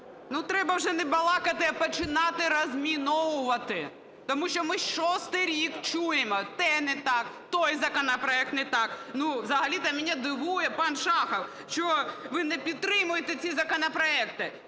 Ну треба вже не балакати, а починати розміновувати. Тому що ми 6 рік чуємо, те не так, той законопроект не так. Ну взагалі-то мене дивує пан Шахов, що ви не підтримуєте ці законопроекти.